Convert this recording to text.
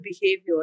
behavior